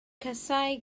casáu